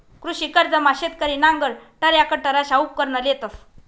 कृषी कर्जमा शेतकरी नांगर, टरॅकटर अशा उपकरणं लेतंस